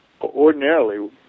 ordinarily